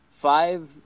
five